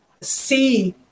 see